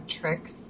tricks